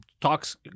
talks